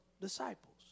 disciples